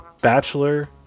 bachelor